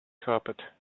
carpet